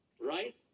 right